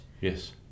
Yes